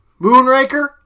Moonraker